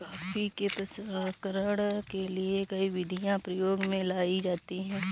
coffee के प्रसंस्करण के लिए कई विधियां प्रयोग में लाई जाती हैं